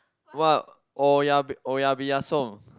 what oya-beh oya-beh-ya-som